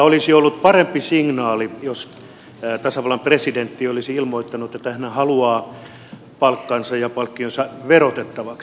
olisi ollut parempi signaali jos tasavallan presidentti olisi ilmoittanut että hän haluaa palkkansa ja palkkionsa verotettavaksi